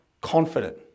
confident